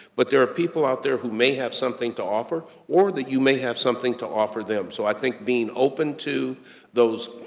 but there are people out there who may have something to offer, or that you may have something to offer them. so i think being open to those,